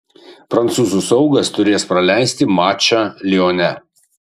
prancūzų saugas turės praleisti mačą lione